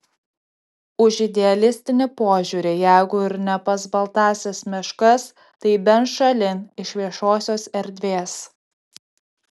už idealistinį požiūrį jeigu ir ne pas baltąsias meškas tai bent šalin iš viešosios erdvės